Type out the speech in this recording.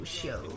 show